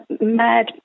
mad